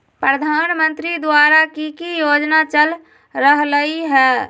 प्रधानमंत्री द्वारा की की योजना चल रहलई ह?